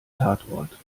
tatort